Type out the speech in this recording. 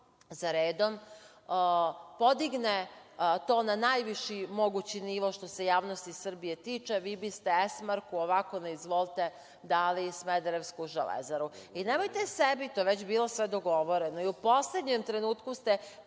zaredom, podigne to na najviši mogući nivo, što se javnosti Srbije tiče, vi biste „Esmarku“ ovako na izvolte dali smederevsku „Železaru“. To je već sve bilo dogovoreno. U poslednjem trenutku ste